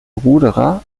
ruderer